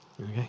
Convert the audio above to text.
Okay